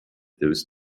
those